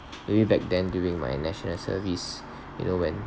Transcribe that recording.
maybe back then during my national service you know when